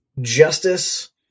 justice